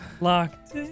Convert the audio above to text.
locked